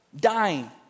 dying